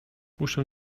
muszę